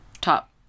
top